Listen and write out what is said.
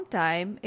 time